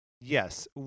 Yes